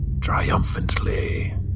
triumphantly